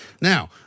Now